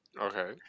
Okay